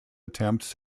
attempts